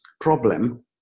problem